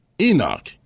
Enoch